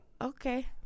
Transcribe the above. Okay